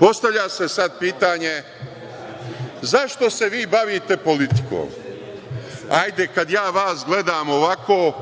postavlja se sada pitanje zašto se vi bavite politikom? Ajde, kada ja vas gledam ovako,